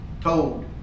told